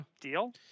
deal